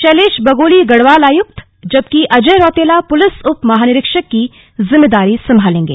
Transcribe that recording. शैलेश बगोली गढ़वाल आयुक्त जबकि अजय रौतेला पुलिस उपमहानिरीक्षक की जिम्मेदारी संभालेंगे